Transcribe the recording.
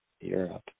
Europe